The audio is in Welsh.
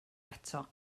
eto